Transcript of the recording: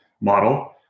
model